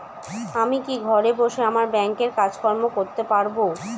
আমি কি ঘরে বসে আমার ব্যাংকের কাজকর্ম করতে পারব?